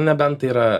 nebent tai yra